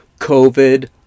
COVID